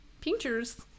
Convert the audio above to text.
Pinchers